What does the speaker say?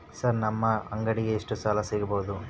Sir ನಮ್ಮ ಅಂಗಡಿಗೆ ಎಷ್ಟು ಸಾಲ ಸಿಗಬಹುದು?